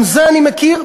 גם זה אני מכיר,